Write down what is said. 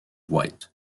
white